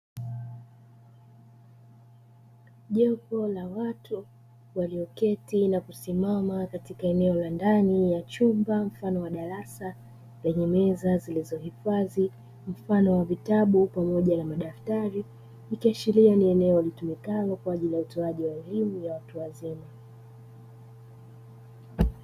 Jopo la watu walioketi na kusimama katika eneo la ndani ya chumba mfano wa darasa, lenye meza zilizohifadhi mfano wa vitabu pamoja na madaftari. Ikiashiria ni eneo litumikalo kwaajili ya utoaji wa elimu ya watu wazima.